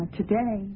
today